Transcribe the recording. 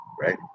right